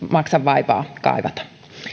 maksa vaivaa kaivata